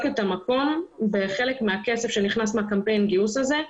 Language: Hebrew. את המקום בחלק מהכסף שנכנס מקמפיין הגיוס הזה.